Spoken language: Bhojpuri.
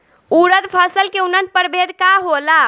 उरद फसल के उन्नत प्रभेद का होला?